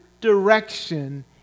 direction